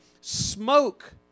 smoke